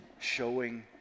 showing